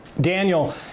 Daniel